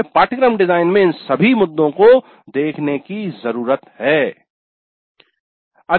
हमें पाठ्यक्रम डिजाइन में इन सभी मुद्दों को देखने की जरूरत होती है